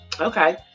Okay